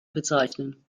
bezeichnen